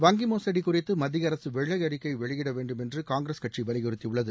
வங்கி மோசடி குறித்து மத்திய அரசு வெள்ளை அறிக்கை வெளியிட வேண்டும் என்று காங்கிரஸ் கட்சி வலியுறுத்தியுள்ளது